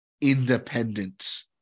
independent